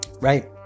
Right